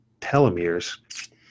telomeres